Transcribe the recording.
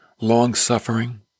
long-suffering